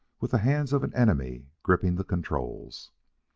with the hands of an enemy gripping the controls.